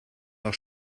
noch